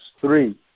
three